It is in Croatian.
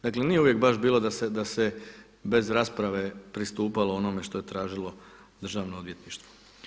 Dakle nije uvijek baš bilo da se bez rasprave pristupalo onome što je tražilo državno odvjetništvo.